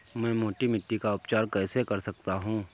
मैं मोटी मिट्टी का उपचार कैसे कर सकता हूँ?